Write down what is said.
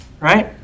Right